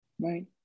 Right